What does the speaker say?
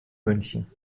münchen